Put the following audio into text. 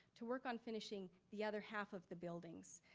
to work on finishing the other half of the buildings.